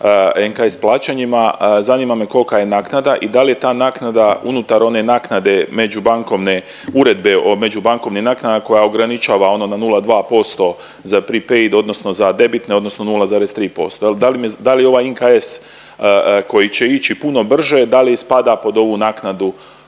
NKS plaćanjima zanima me kolika je naknada i da li je ta naknada unutar one naknade međubankovne Uredbe o međubankovnim naknada koja ograničava ono na 0,2% za prepaide odnosno za debitne odnosno 0,3% jel da li ovaj NKS koji će ići puno brže da li spada pod ovu naknadu